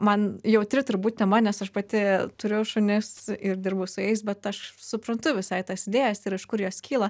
man jautri turbūt tema nes aš pati turiu šunis ir dirbu su jais bet aš suprantu visai tas idėjas ir iš kur jos kyla